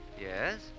Yes